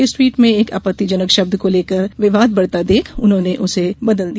इस टवीट में एक अपत्तिजनक शब्द को लेकर विवाद बढ़ता देख उन्होंने इसे बदल दिया